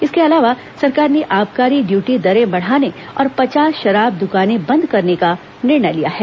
इसके अलावा सरकार ने आबकारी ड्यूटी दरें बढ़ाने तथा पचास शराब दुकानें बंद करने का निर्णय लिया है